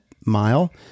mile